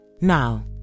Now